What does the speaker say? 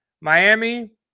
Miami